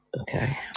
Okay